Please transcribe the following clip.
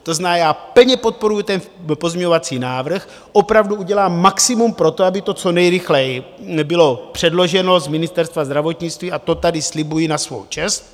To znamená, já plně podporuji ten pozměňovací návrh, opravdu udělám maximum pro to, aby to co nejrychleji bylo předloženo z Ministerstva zdravotnictví, a to tady slibuji na svou čest.